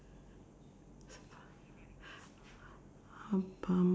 uh pharm~